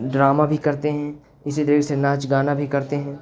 drama بھی کرتے ہیں اسی طریقے سے ناچ گانا بھی کرتے ہیں